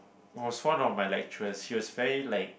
was one of my lecturers he was very like